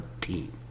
team